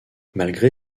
malgré